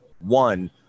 one